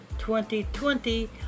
2020